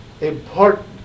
important